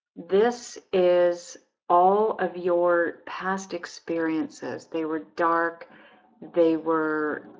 this is all of your past experiences they were dark they were